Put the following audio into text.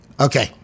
Okay